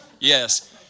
Yes